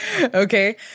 okay